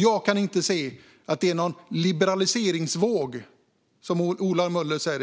Jag kan inte se att det pågår någon liberaliseringsvåg, som Ola Möller säger